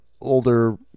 older